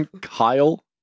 Kyle